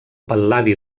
pal·ladi